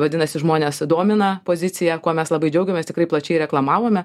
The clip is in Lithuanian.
vadinasi žmones domina pozicija kuo mes labai džiaugiamės tikrai plačiai reklamavome